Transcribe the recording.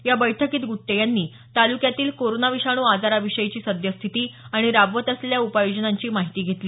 या बैठकीत गुट्टे यांनी तालुक्यातील कोरोना विषाणू आजाराविषयीची सद्यस्थिती आणि राबवत असलेल्या उपाययोजनांची माहिती घेतली